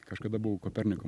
kažkada buvau koperniko